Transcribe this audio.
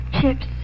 Chips